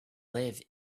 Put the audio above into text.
live